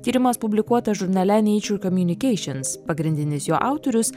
tyrimas publikuotas žurnale nature communications pagrindinis jo autorius